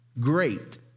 Great